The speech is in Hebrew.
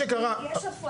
יש פתרונות מעשיים,